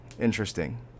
Interesting